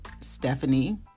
Stephanie